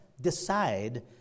decide